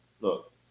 look